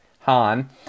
Han